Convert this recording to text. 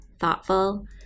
thoughtful